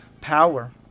Power